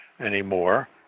anymore